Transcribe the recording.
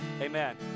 Amen